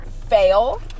fail